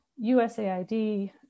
USAID